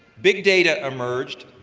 big data emerged,